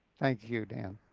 thank you, dan.